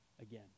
again